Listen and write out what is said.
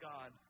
God